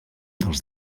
dels